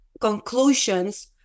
conclusions